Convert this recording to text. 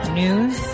news